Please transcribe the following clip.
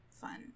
fun